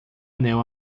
anel